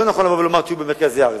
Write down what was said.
זה לא נכון לבוא ולומר: תהיו במרכז הארץ,